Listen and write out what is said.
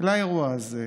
לאירוע הזה,